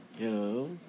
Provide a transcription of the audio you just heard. Hello